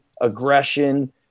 aggression